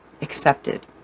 accepted